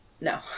No